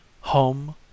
home